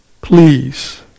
Please